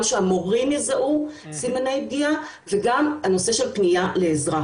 גם שהמורים יזהו סימני פגיעה וגם הנושא של פניה לעזרה,